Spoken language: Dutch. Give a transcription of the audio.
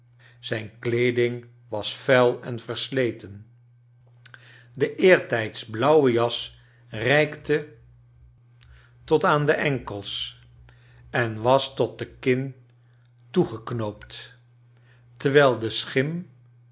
zijn kleeding was vuil en versleten de eertijds blauwe jas reikte tot aan charles dickens de enkels en was tot de kin toegeknoopt terwijl de schim